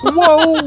Whoa